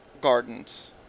gardens